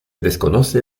desconoce